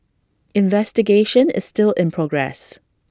investigation is still in progress